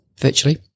Virtually